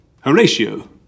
Horatio